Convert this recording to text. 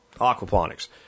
aquaponics